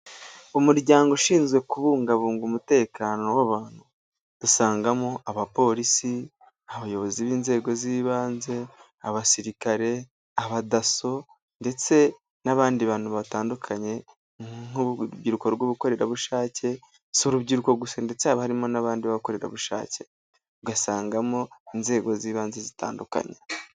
Umuryango ushinzwe kubungabunga umutekano w'abantu, usangamo abapolisi, abayobozi b'inzego z'ibanze, abasirikare, abadasso, ndetse n'abandi bantu batandukanye nk'urubyiruko rw'ubukorerabushake, si urubyiruko gusa ndetse harimo n'abandi bakorerabushake. Ugasangamo inzego z'ibanze zitandukanye.